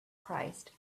christ